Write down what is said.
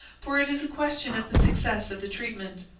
for it is a question of the success of the treatment.